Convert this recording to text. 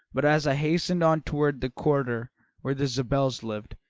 but as i hastened on toward the quarter where the zabels lived,